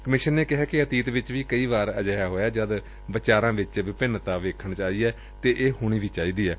commission ਨੇ ਕਿਹੈ ਕਿ ਅਤੀਤ ਵਿੱਚ ਕਈ ਵਾਰ ਅਜਿਹਾ ਹੋਇਐ ਜਦ ਵਿਚਾਰਾਂ ਵਿੱਚ ਭਿੰਨਤਾ ਰਹੀ ਏ ਅਤੇ ਇਹ ਹੋਣੀ ਵੀ ਚਾਹੀਦੀ ਏ